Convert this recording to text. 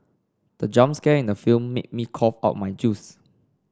the jump scare in the film made me cough out my juice